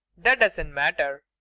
that doesn't matter.